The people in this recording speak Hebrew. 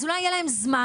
אז אולי יהיה להם זמן.